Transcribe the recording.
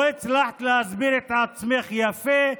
לא הצלחת להסביר את עצמך יפה.